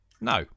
No